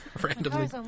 Randomly